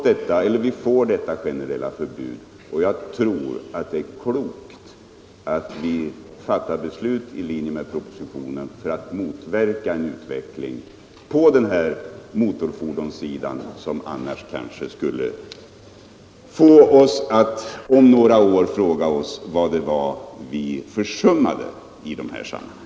Det föreslås nu detta generella förbud, och jag tror att det är klokt av riksdagen att fatta beslut i linje med propositionen för att motverka en utveckling på motorfordonssidan, som annars kanske skulle få oss att om några år fråga oss vad det var vi försummade i de här sammanhangen.